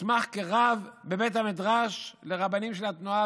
"הוסמך כרב בבית המדרש לרבנים של התנועה,